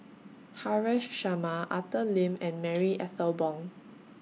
Haresh Sharma Arthur Lim and Marie Ethel Bong